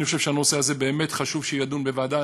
אני חושב שהנושא הזה באמת חשוב שיידון בוועדת